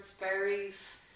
berries